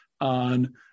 on